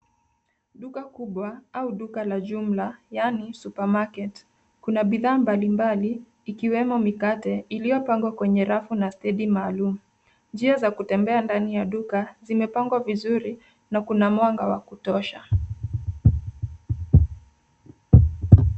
Duka kubwa au duka la jumla yaani supermarket. Kuna bidhaa mbalimbali ikiwemo mikate iliyopangwa kwenye rafu na stedi maalum. Njia za kutembea ndani ya duka zimepangwa vizuri na kuna mwanga wa kutosha.